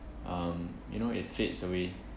um you know it fades away